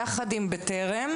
יחד עם בטרם,